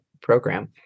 program